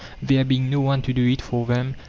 there being no one to do it for them,